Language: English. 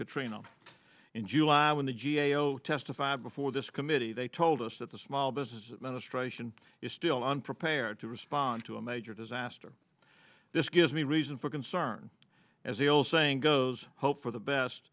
katrina in july when the g a o testified before this committee they told us that the small business administration is still unprepared to respond to a major disaster this gives me reason for concern as the old saying goes hope for the best